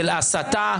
של הסתה.